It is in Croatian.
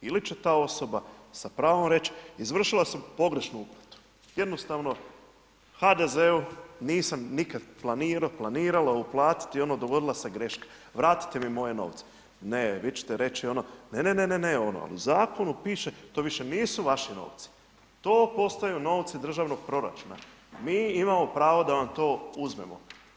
Ili će ta osoba sa pravom reć izvršila sam pogrešnu uplatu jednostavno HDZ-u nisam nikad planirao, planirala uplatiti dogodila se greška, vratite mi moje novce, ne vi ćete reći ne, ne, ne, ne, ne, u zakonu piše to više nisu vaši novci, to postaju novci državnog proračuna, mi imamo pravo da vam to uzmemo.